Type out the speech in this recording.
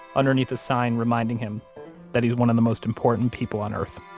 underneath the sign reminding him that he's one of the most important people on earth